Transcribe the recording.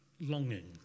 longing